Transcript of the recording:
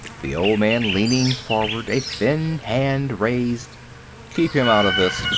the old man leaning forward, a thin hand raised keep him out of this,